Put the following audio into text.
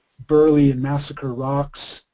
burly and massacre rocks,